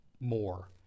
More